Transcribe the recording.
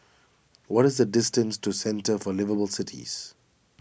what is the distance to Centre for Liveable Cities